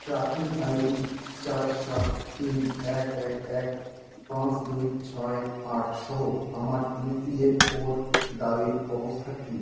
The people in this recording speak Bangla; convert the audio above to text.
ট্র্যাকিং আইডি চার সাত তিন এক এক এক পাঁচ দুই ছয় আট সহ আমার ইপিএফও দাবির অবস্থা কী